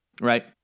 Right